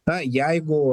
na jeigu